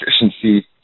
Efficiency